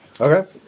Okay